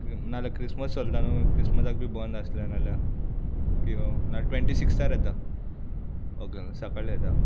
नाल्या क्रिसमस चलता न्हू क्रिसमसाक बी बंद आसलें नाल्या नाल्या ट्वेंटी सिक्स्थार येता ओके सकाळीं येता